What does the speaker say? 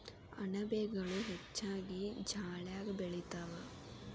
ಅಣಬೆಗಳು ಹೆಚ್ಚಾಗಿ ಜಾಲ್ಯಾಗ ಬೆಳಿತಾವ